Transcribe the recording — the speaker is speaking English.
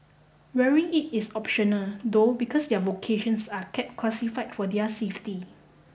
wearing it is optional though because their vocations are kept classified for their safety